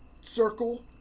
circle